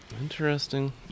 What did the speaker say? Interesting